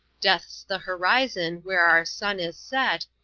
death's the horizon, when our sun is set,